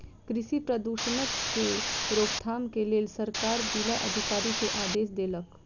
कृषि प्रदूषणक के रोकथाम के लेल सरकार जिला अधिकारी के आदेश देलक